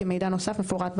כי מידע נוסף מפורט בעלון,